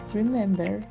remember